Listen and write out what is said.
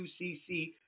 UCC